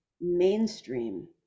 mainstream